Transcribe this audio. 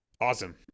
Awesome